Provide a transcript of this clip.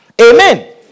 Amen